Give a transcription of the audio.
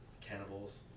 Cannibals